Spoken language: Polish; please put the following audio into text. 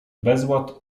bezład